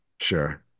sure